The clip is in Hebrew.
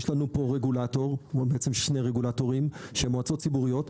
יש לנו פה שני רגולטורים שהם מועצות ציבוריות,